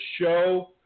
show